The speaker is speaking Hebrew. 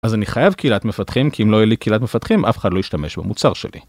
אז אני חייב קהילת מפתחים, כי אם לא יהיה לי קהילת מפתחים, אף אחד לא ישתמש במוצר שלי.